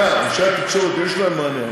אנשי התקשורת, יש להם מענה.